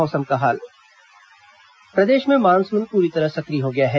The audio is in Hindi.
मौसम प्रदेश में मानसून पूरी तरह सक्रिय हो गया है